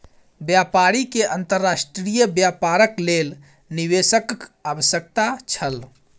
व्यापारी के अंतर्राष्ट्रीय व्यापारक लेल निवेशकक आवश्यकता छल